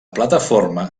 plataforma